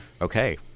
Okay